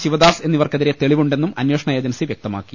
ശിവദാസ് എന്നിവർക്കെതിരെ തെളിവുണ്ടെന്നും അന്വേഷണ ഏജൻസി വ്യക്തമാക്കി